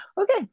okay